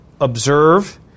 observe